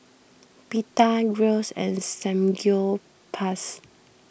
Pita Gyros and Samgyeopsal